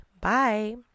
Bye